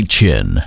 Chin